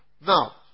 Now